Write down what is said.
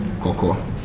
Coco